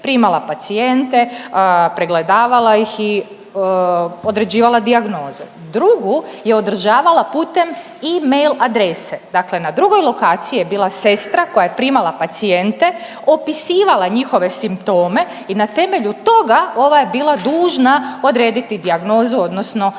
primala pacijente, pregledavala ih i određivala dijagnoze. Drugu je održavala putem e-mail adrese. Dakle, na drugoj lokaciji je bila sestra koja je primala pacijente, opisivala njihove simptome i na temelju toga ova je bila dužna odrediti dijagnozu odnosno prepisati